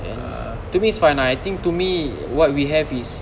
then to me it's fine ah I think to me what we have is